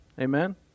Amen